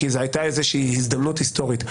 כי זאת הייתה איזושהי הזדמנות היסטורית.